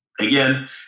Again